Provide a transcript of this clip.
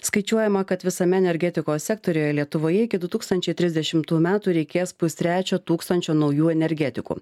skaičiuojama kad visame energetikos sektoriuje lietuvoje iki du tūkstančiai trisdešimtų metų reikės pustrečio tūkstančio naujų energetikų